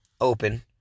open